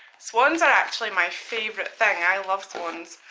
swans are actually my favourite thing i love swans.